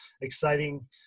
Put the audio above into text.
exciting